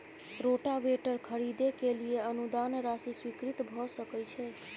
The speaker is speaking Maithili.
रोटावेटर खरीदे के लिए अनुदान राशि स्वीकृत भ सकय छैय?